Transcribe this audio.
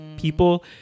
people